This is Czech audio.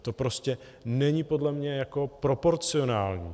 To prostě není podle mě proporcionální.